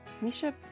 Misha